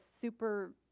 super